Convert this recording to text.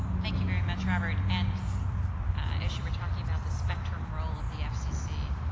thank you very much, robert. and as you were talking about the spectrum role of the fcc,